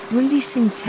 Releasing